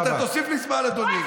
אתה תוסיף לי זמן, אדוני.